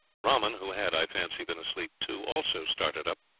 rahman, who had, i fancy, been asleep too, also started up.